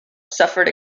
suffered